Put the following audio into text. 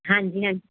ਹਾਂਜੀ ਹਾਂਜੀ